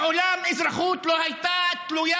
אמרנו ואמרתי שמדינת ישראל,